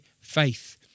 faith